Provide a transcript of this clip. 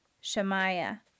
Shemaiah